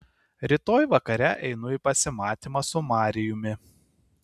rytoj vakare einu į pasimatymą su marijumi